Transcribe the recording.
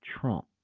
Trump